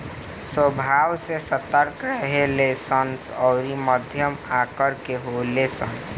स्वभाव से सतर्क रहेले सन अउरी मध्यम आकर के होले सन